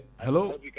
Hello